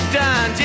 done